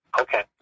Okay